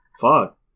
fuck